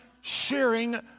sharing